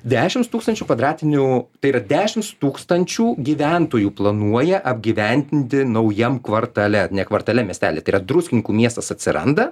dešimt tūkstančių kvadratinių tai ir dešimt tūkstančių gyventojų planuoja apgyvendinti naujam kvartale ne kvartale miestelyje yra druskininkų miestas atsiranda